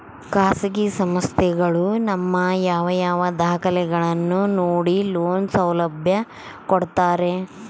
ಖಾಸಗಿ ಸಂಸ್ಥೆಗಳು ನಮ್ಮ ಯಾವ ಯಾವ ದಾಖಲೆಗಳನ್ನು ನೋಡಿ ಲೋನ್ ಸೌಲಭ್ಯ ಕೊಡ್ತಾರೆ?